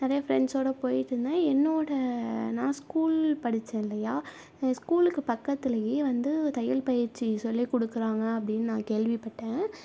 நிறையா ஃப்ரெண்ட்ஸோட போயிட்டிருந்தேன் என்னோட நான் ஸ்கூல் படித்தேன் இல்லையா ஏன் ஸ்கூலுக்கு பக்கத்திலேயே வந்து தையல் பயிற்சி சொல்லி கொடுக்குறாங்க அப்படினு நான் கேள்விப்பட்டேன்